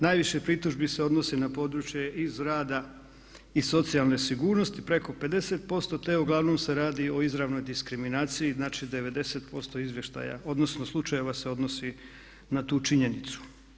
Najviše pritužbi se odnosi na područje iz rada i socijalne sigurnosti, preko 50% te uglavnom se radi o izravnoj diskriminaciji, znači 90% izvještaja odnosno slučajeva se odnosi na tu činjenicu.